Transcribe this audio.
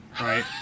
right